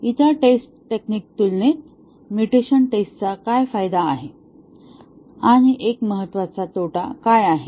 इतर टेस्ट टेक्निकच्या तुलनेत म्युटेशन टेस्टचा काय फायदा आहे आणि एक महत्त्वाचा तोटा काय आहे